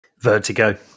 Vertigo